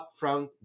upfront